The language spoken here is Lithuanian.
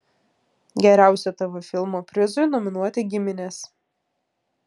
geriausio tv filmo prizui nominuoti giminės